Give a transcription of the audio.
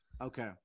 Okay